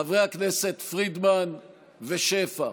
חברי הכנסת פרידמן ושפע,